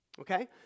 Okay